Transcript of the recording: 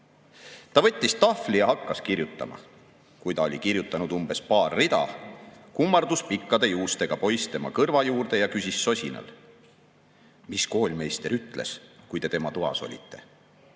Ta võttis tahvli ja hakkas kirjutama. Kui ta oli kirjutanud umbes paar rida, kummardus pikkade juustega poiss tema kõrva juurde ja küsis sosinal:"Mis koolmeister ütles, kui te tema toas olite?"Arno